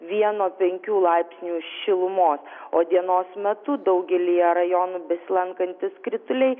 vieno penkių laipsnių šilumos o dienos metu daugelyje rajonų besilankantys krituliai